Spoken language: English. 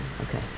okay